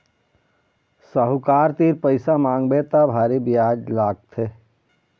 साहूकार तीर पइसा मांगबे त भारी बियाज लागथे